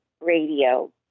Radio